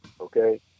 Okay